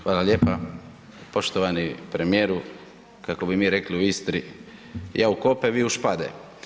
Hvala lijepa poštovani premijeru, kako bi mi rekli u Istri, ja u kope, vi u špade.